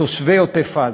לתושבי עוטף-עזה.